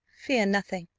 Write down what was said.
fear nothing.